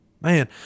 Man